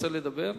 רוצה לדבר?